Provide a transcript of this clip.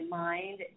mind